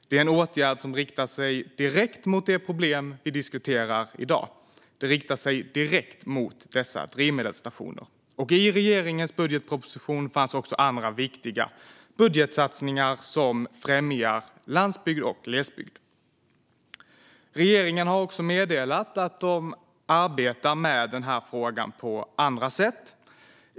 Det är en åtgärd som riktar sig direkt mot det problem vi diskuterar i dag - det riktar sig direkt till dessa drivmedelsstationer. I regeringens budgetproposition fanns också andra budgetsatsningar som främjar landsbygd och glesbygd. Regeringen har även meddelat att man arbetar med den här frågan på andra sätt.